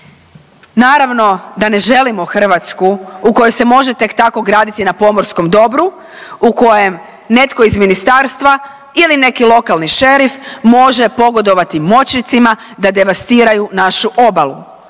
Naravno da ne želimo Hrvatsku u kojoj se može tek tako graditi na pomorskom dobru, u kojem netko iz ministarstva ili neki lokalni šerif može pogodovati moćnicima da devastiraju našu obalu.